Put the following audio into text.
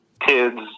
kids